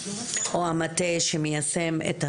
או המטה שמיישם את התכנית,